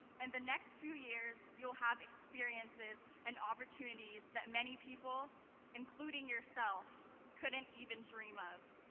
and the next few years you'll have experiences and opportunities that many people including yourself couldn't even dream of.